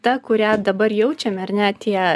ta kurią dabar jaučiame ar ne tie